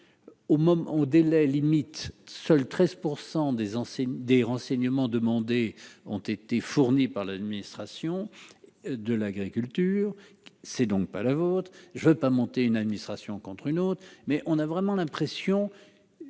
des enseignants, des renseignements demandés ont été fournis par l'administration de l'agriculture, c'est donc pas la vôtre, je ne veux pas monter une administration contre une autre, mais on a vraiment l'impression